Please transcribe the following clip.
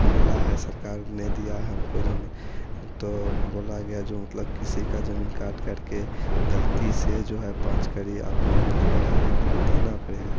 मिला है सरकार ने दिया है हमको ज़मीन हं तो बोला गया जो मतलब किसी की ज़मीन काटकर के गलती से जो है पाँच कड़ी आपमें मिल गया है आपको देना पड़ेगा